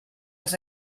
els